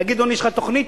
להגיד לו: אם יש לך תוכנית,